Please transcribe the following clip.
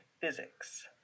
physics